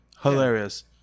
hilarious